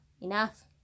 Enough